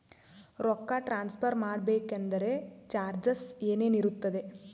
ರೊಕ್ಕ ಟ್ರಾನ್ಸ್ಫರ್ ಮಾಡಬೇಕೆಂದರೆ ಚಾರ್ಜಸ್ ಏನೇನಿರುತ್ತದೆ?